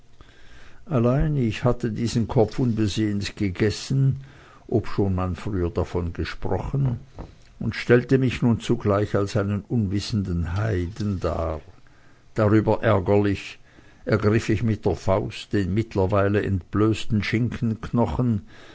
allein ich hatte diesen kopf unbesehens gegessen obschon man früher davon gesprochen und stellte mich nun zugleich als einen unwissenden heiden dar darüber ärgerlich ergriff ich mit der faust den mittlerweile entblößten schinkenknochen